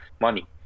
money